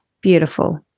Beautiful